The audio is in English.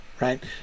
right